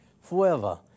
forever